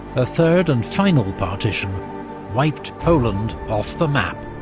a third and final partition wiped poland off the map.